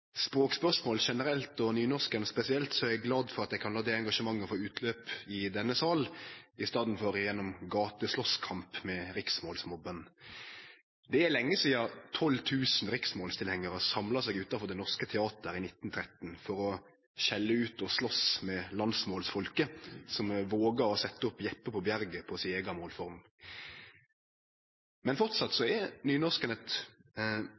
språkspørsmål generelt og nynorsken spesielt, er eg glad for at eg kan la det engasjementet få utløp i denne sal i staden for gjennom gateslåstkamp med riksmålsmobben. Det er lenge sidan 12 000 riksmålstilhengarar samla seg utanfor Det Norske Teatret i 1913 for å skjelle ut og slåst med landsmålsfolket, som våga å setje opp Jeppe på Bjerget på